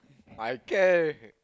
I care